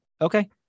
okay